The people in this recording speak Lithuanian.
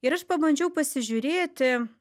ir aš pabandžiau pasižiūrėti